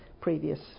previous